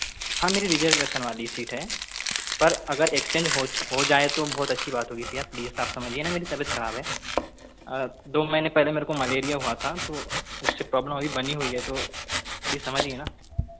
हाँ मेरी रिज़र्वेशन वाली सीट है पर अगर एक्सचेंज होज हो जाए तो बहुत अच्छी बात होगी भैया प्लीज़ आप समझिए न मेरी तबियत खराब है दो महीने पहले मेरे को मलेरिया हुआ था तो उस से प्रॉब्लम अभी बनी हुई है तो प्लीज़ समझिए ना